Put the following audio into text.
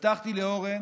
הבטחתי לאורן: